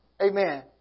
Amen